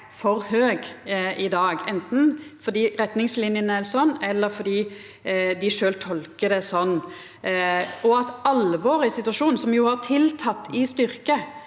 for høg i dag – anten fordi retningslinjene er sånn, eller fordi dei sjølv tolkar det sånn – og at alvoret i situasjonen, som jo har auka i styrke